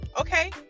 Okay